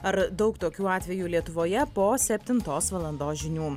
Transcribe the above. ar daug tokių atvejų lietuvoje po septintos valandos žinių